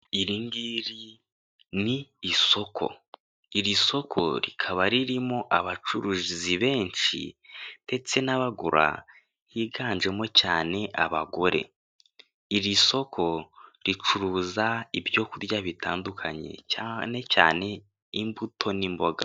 Iri ngiri ni isoko, iri soko rikaba ririmo abacuruzi benshi ndetse n'abagura higanjemo cyane abagore, iri soko ricuruza ibyo kurya bitandukanye cyane cyane imbuto n'imboga.